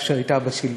כשהייתה בשלטון,